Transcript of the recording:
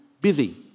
busy